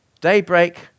daybreak